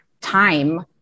time